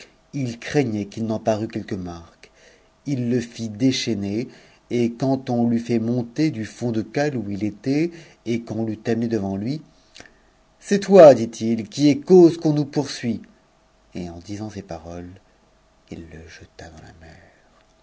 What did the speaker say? il craignait qu'il n'en parût quelque marque it le fit chaîner et quand on l'eut fait monter du fond de cale où il était et qu'on l'eut amené devant lui a c'est toi dit-il qui es cause qu'on nous poursuit a et en disant ces paroles il le jeta dans la mer